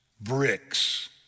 Bricks